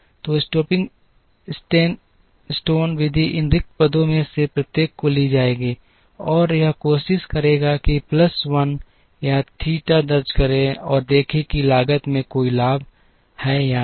तो stepping stone विधि इन रिक्त पदों में से प्रत्येक को ले जाएगी और यह कोशिश करेगा कि प्लस 1 या थीटा दर्ज करें और देखें कि लागत में कोई लाभ है या नहीं